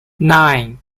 nine